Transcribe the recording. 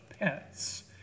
pets